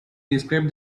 described